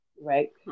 Right